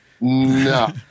No